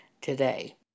today